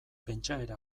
pentsaera